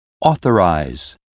Authorize